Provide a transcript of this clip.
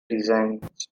designs